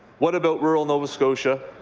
what about rural nova scotia,